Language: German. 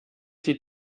die